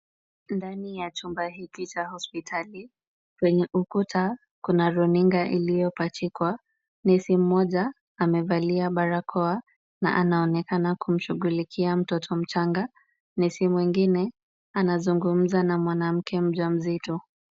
Ndani ya chumba hiki cha hospitali, kwenye ukuta kuna runinga iliyopachikwa. Nesi mmoja amevalia barakoa na anaonekana kumshughulikia mtoto mchanga, nesi mwingine anazungumza na mwanamke mjamzito.